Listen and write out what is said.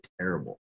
terrible